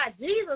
Jesus